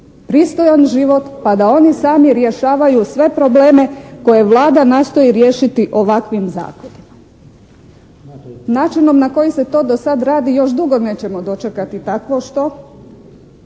pristojan život pa da oni sami rješavaju sve probleme koje Vlada nastoji riješiti ovakvim zakonima. Načinom na koji se to do sad radi još dugo nećemo dočekati takvo što,